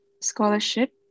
scholarship